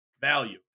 Value